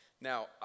Now